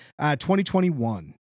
2021